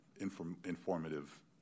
informative